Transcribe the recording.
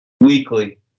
weekly